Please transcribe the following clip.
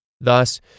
Thus